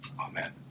Amen